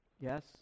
Yes